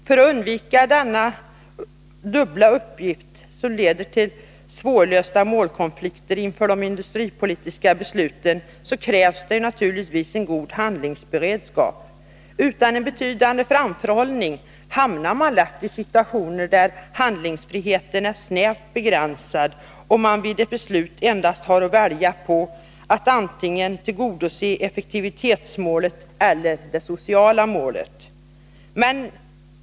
För att undvika att denna dubbla uppgift leder till svårlösta målkonflikter inför de industripolitiska besluten krävs en god handlingsberedskap. Utan en betydande framförhållning hamnar man lätt i situationer där handlingsfriheten är snävt begränsad och där man vid beslutet endast har att välja på att tillgodose antingen effektivitetsmål eller sociala mål.